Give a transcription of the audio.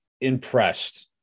impressed